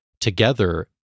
together